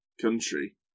country